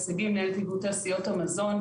לגבי תעשיות המזון,